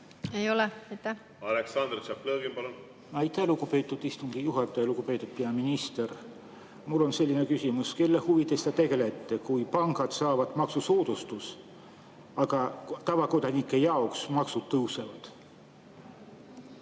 palun! Aleksandr Tšaplõgin, palun! Aitäh, lugupeetud istungi juhataja! Lugupeetud peaminister! Mul on selline küsimus. Kelle huvides te tegutsete, kui pangad saavad maksusoodustust, aga tavakodanike jaoks maksud tõusevad?